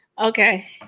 Okay